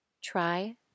Try